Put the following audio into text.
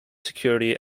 security